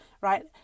right